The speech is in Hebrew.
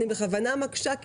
אני בכוונה מקשה,